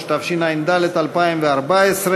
התשע"ג 2013,